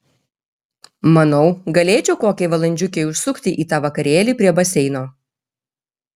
manau galėčiau kokiai valandžiukei užsukti į tą vakarėlį prie baseino